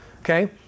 Okay